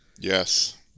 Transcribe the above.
Yes